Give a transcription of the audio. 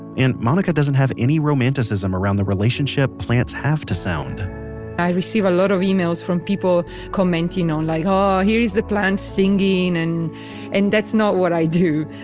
and monica doesn't have any romanticism around the relationship plants have to sound i receive a lot of emails from people commenting on, like oh, here is the plant singing, and and that's not what i do.